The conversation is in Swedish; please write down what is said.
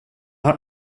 har